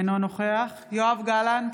אינו נוכח יואב גלנט,